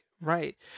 right